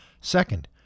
Second